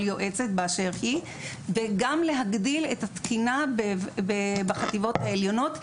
יועצת באשר היא וגם להגדיל את התקינה בחטיבות העליונות,